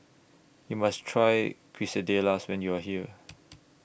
YOU must Try Quesadillas when YOU Are here